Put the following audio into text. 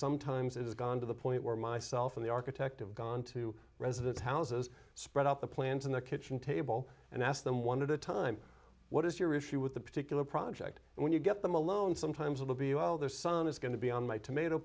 sometimes it has gone to the point where myself and the architect of gone to residents houses spread out the plans and the kitchen table and ask them one at a time what is your issue with the particular project and when you get them alone sometimes of the b while their son is going to be on my tomato